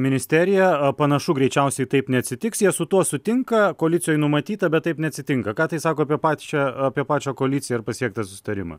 ministeriją a panašu greičiausiai taip neatsitiks jie su tuo sutinka koalicijoj numatyta bet taip neatsitinka ką tai sako apie pačią apie pačią koaliciją ir pasiektą susitarimą